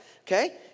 okay